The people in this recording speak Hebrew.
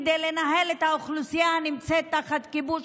כדי לנהל את האוכלוסייה הנמצאת תחת כיבוש,